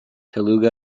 telugu